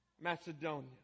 Macedonia